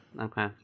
okay